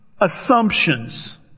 assumptions